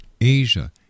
Asia